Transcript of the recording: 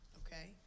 okay